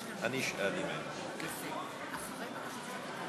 אני מתכבד להציג בפני הכנסת את הצעת חוק